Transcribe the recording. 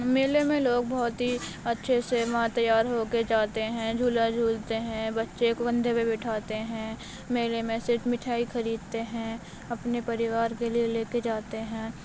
میلے میں لوگ بہت ہی اچھے سے وہاں تیار ہو کے جاتے ہیں جھولا جھولتے ہیں بچے کندھے پے بٹھاتے ہیں میلے میں صرف مٹھائی خریدتے ہیں اپنے پریوار کے لیے لے کے جاتے ہیں